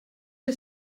que